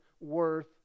worth